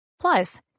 Plus